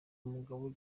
mugabo